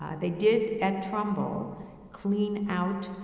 they did at trumbull clean out,